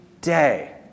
day